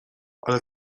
ale